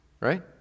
right